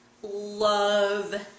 Love